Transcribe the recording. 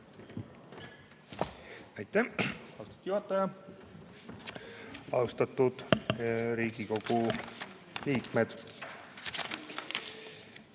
Aitäh, austatud juhataja! Austatud Riigikogu liikmed!